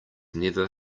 never